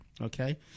okay